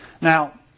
Now